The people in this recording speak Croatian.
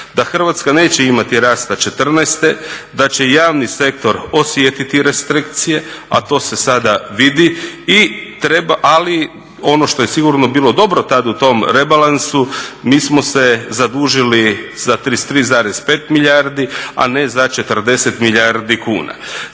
da Hrvatska neće imati rasta '14., da će javni sektor osjetiti restrikcije, a to se sada vidi. Ali ono što je sigurno bilo dobro tad u tom rebalansu, mi smo se zadužili za 33,5 milijardi a ne za 40 milijardi kuna.